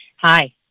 Hi